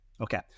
Okay